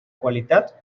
qualitat